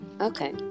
Okay